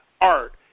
art